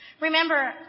Remember